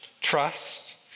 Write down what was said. trust